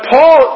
Paul